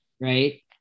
right